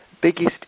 biggest